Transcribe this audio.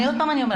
אני לא יודעת.